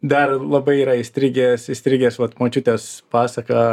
dar labai yra įstrigęs įstrigęs vat močiutės pasaka